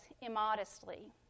immodestly